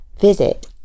visit